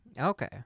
Okay